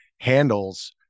handles